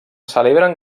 celebren